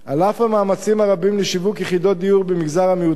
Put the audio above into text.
על אף המאמצים הרבים לשיווק יחידות דיור במגזר המיעוטים